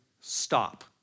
stop